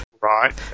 Right